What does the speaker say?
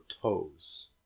toes